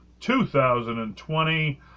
2020